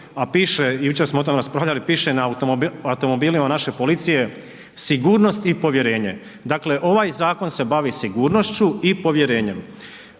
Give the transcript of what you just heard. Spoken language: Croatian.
a piše, jučer smo o tom raspravljati, piše na automobilima naše policije „sigurnost i povjerenje“, dakle ovaj zakon se bavi sigurnošću i povjerenjem.